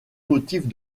motifs